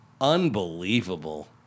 Unbelievable